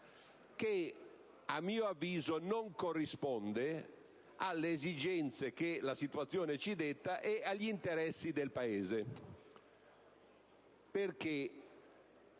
che, a mio avviso, non corrisponde alle esigenze che la situazione ci detta e agli interessi del Paese.